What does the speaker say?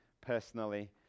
Personally